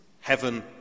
heaven